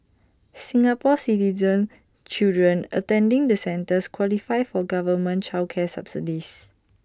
Singapore Citizen children attending the centres qualify for government child care subsidies